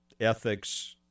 ethics